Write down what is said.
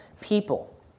people